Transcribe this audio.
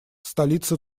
столица